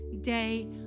day